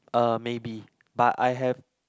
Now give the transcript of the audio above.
uh maybe but I have